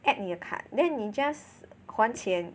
add 你的 card then 你 just 还钱